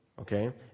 okay